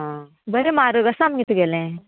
आं बरें म्हारग आसा आमगे तुगेलें